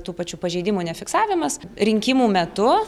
tų pačių pažeidimų nefiksavimas rinkimų metu